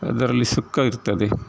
ಅದರಲ್ಲಿ ಸುಖವಿರ್ತದೆ